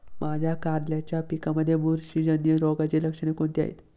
माझ्या कारल्याच्या पिकामध्ये बुरशीजन्य रोगाची लक्षणे कोणती आहेत?